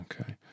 Okay